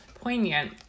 poignant